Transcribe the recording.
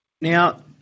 Now